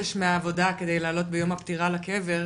יום חופש מהעבודה כדי לעלות ביום הפטירה לקבר,